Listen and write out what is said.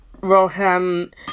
Rohan